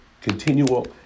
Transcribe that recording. continual